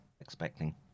expecting